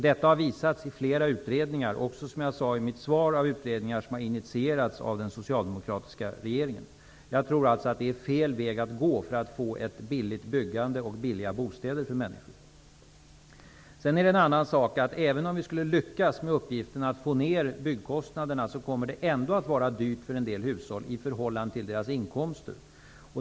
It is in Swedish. Detta har visats i flera utredningar och också, som jag sade i mitt svar, av utredningar som har initierats av den socialdemokratiska regeringen. Jag tror alltså att det är fel väg att gå för att få ett billigt byggande och billiga bostäder för människor. En annan sak är att även om vi skulle lyckas med uppgiften att få ned byggkostnaderna så kommer det ändå att vara dyrt för en del hushåll, i förhållande till inkomsterna.